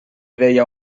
deia